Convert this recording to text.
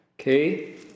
Okay